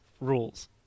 rules